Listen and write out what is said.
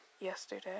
yesterday